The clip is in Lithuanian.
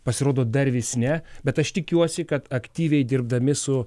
pasirodo dar vis ne bet aš tikiuosi kad aktyviai dirbdami su